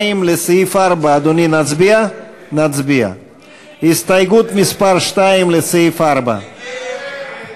2 לסעיף 4, של חברי הכנסת אוסאמה